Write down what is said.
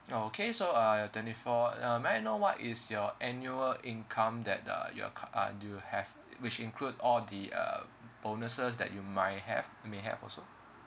oh okay so uh twenty four um may I know what is your annual income that uh you're c~ uh do you have which include all the uh bonuses that you might have may have also